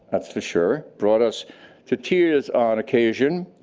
that's for sure, brought us to tears on occasion,